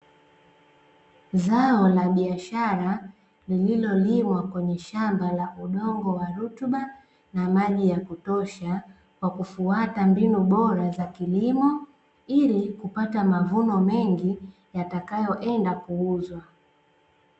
Zao la biashara lililolimwa kwenye shamba la udongo wa rutuba na maji ya kutosha, kwa kufuata mbinu bora za kilimo, ili kupata mavuno mengi yatakayoenda kuuzwa.